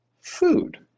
food